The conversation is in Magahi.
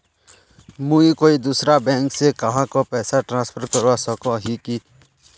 मुई कोई दूसरा बैंक से कहाको पैसा ट्रांसफर करवा सको ही कि?